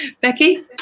Becky